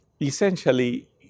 essentially